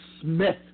Smith